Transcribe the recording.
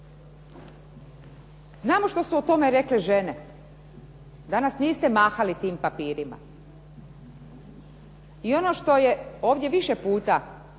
Znamo što su o tome rekle žene. Danas niste mahali tim papirima. I ono što je ovdje više puta